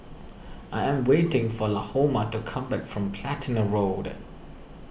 I am waiting for Lahoma to come back from Platina Road